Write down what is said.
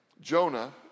Jonah